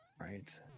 Right